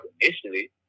initially